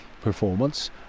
performance